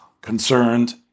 concerned